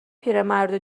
پیرمردو